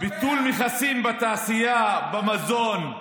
ביטול מכסים בתעשייה, במזון,